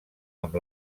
amb